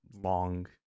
long